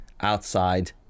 outside